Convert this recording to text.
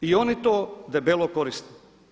I oni to debelo koriste.